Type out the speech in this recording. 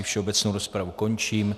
Všeobecnou rozpravu končím.